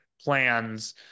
plans